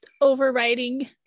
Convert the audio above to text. overriding